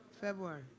February